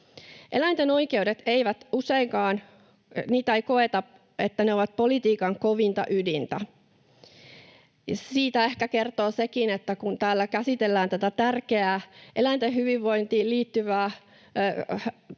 eläinten oikeudet ovat politiikan kovinta ydintä — ja siitä ehkä kertoo sekin, että kun täällä käsitellään näitä tärkeitä eläinten hyvinvointiin liittyviä